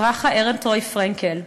ברכה ארנטרוי-פרנקל,